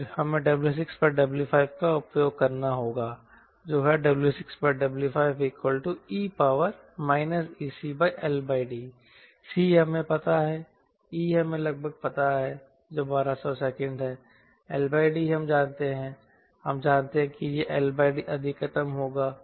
फिर हमें W6W5 का उपयोग करना होगा W6W5e ECLD C हमें पता है E हमें लगभग पता है जो 1200 सेकंड है L D जानते हैं हम जानते हैं कि यह L D अधिकतम होगा